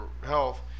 health